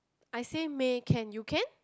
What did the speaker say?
I say may can you can